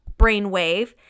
brainwave